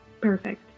perfect